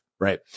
Right